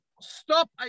stop